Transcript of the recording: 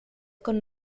con